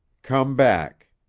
come back.